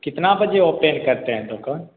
कितना बजे ऑपेन करते हैं दुकान